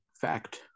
fact